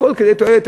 הכול לתועלת,